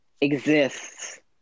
exists